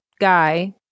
guy